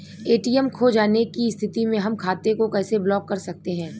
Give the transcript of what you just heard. ATM खो जाने की स्थिति में हम खाते को कैसे ब्लॉक कर सकते हैं?